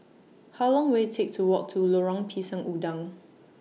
How Long Will IT Take to Walk to Lorong Pisang Udang